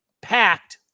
packed